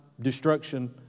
destruction